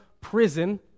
prison